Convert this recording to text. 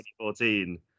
2014